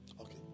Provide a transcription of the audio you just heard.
okay